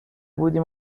بودیم